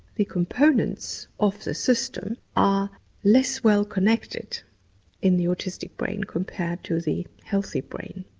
the components of the system are less well-connected in the autistic brain compared to the healthy brain.